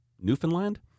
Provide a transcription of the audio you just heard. Newfoundland